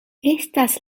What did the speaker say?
estas